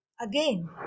Again